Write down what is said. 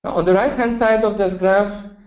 on the right hand side of this graph,